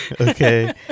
Okay